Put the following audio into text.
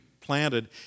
planted